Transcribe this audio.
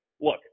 look